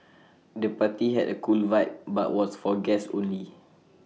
the party had A cool vibe but was for guests only